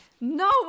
no